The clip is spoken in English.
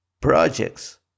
Projects